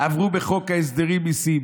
עברו בחוק ההסדרים מיסים,